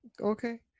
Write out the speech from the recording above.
Okay